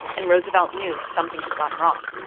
and roosevelt knew something had gone wrong.